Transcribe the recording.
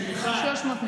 אחד.